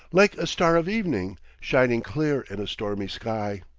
like a star of evening shining clear in a stormy sky.